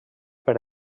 per